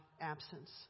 absence